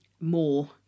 more